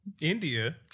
India